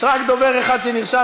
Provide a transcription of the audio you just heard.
יש רק דובר אחד שנרשם,